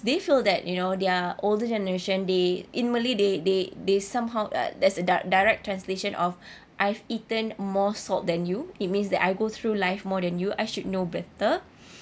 they feel that you know they're older generation they in malay they they they somehow uh there's a di~ direct translation of I've eaten more salt than you it means that I go through life more than you I should know better